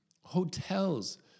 Hotels